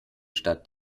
statt